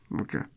Okay